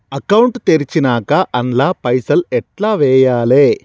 Account తెరిచినాక అండ్ల పైసల్ ఎట్ల వేయాలే?